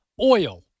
oil